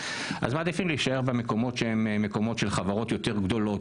אז מעדיפים להישאר במקומות שהם מקומות של חברות יותר גדולות,